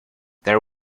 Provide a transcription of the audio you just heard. there